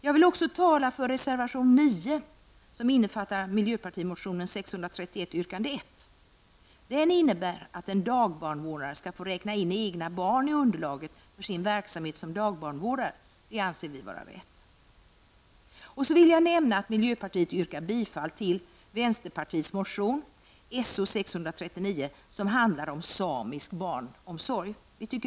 Jag vill också tala för reservation 9 som innefattar miljöpartimotionen 631 yrkande 1. Den innebär att en dagbarnvårdare skall få räkna in egna barn i underlaget för sin verksamhet som dagbarnvårdare. Det anser vi vara rätt. Jag vill också nämna att miljöpartiet yrkar bifall till vänsterpartiets motion So639 som handlar om samisk barnomsorg.